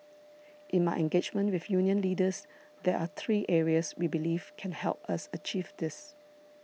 in my engagement with union leaders there are three areas we believe can help us achieve this